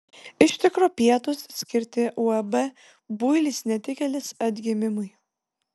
iš tikro pietūs skirti uab builis netikėlis atgimimui